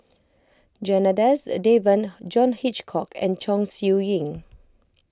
Janadas Devan John Hitchcock and Chong Siew Ying